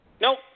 Nope